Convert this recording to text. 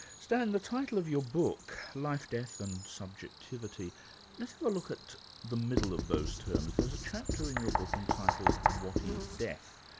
stan, the title of your book life, death and subjectivity' let's have a look at the middle of those terms. there's a chapter in your book entitled what is death?